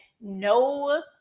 no